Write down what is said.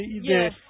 Yes